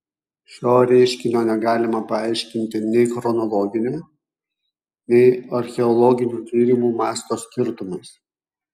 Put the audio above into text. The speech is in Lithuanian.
šio reiškinio negalima paaiškinti nei chronologiniu nei archeologinių tyrimų masto skirtumais